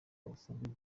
basabwa